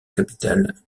capitale